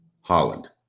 Holland